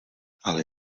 ale